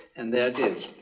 and there it is.